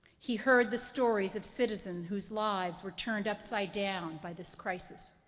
he heard the stories of citizens whose lives were turned upside down by this crisis,